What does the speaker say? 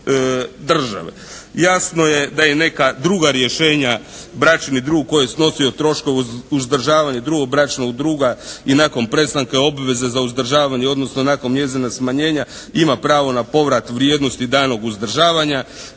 države. Jasno je da i neka druga rješenja bračni drug koji je snosio troškove uzdržavanja drugog bračnog druga i nakon prestanka obveze za uzdržavanje odnosno nakon njezina smanjenja ima prvo na povrat vrijednosti danog uzdržavanja